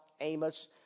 Amos